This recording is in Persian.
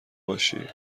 باشی